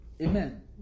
Amen